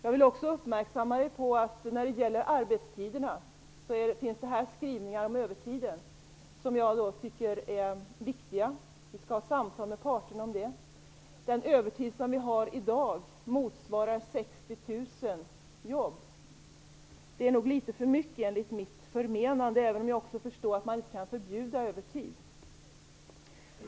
Jag vill också uppmärksamma Ingrid Burman på att när det gäller arbetstiderna finns det skrivningar om övertiden som jag tycker är viktiga. Vi skall ha samtal med parterna om det. Den övertid som vi har i dag motsvarar 60 000 jobb. Det är nog litet för mycket enligt mitt förmenande, även om jag också förstår att man inte kan förbjuda övertid.